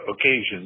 occasions